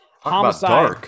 Homicide